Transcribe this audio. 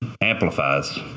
amplifies